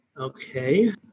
Okay